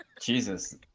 Jesus